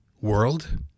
world